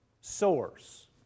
source